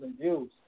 views